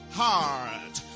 heart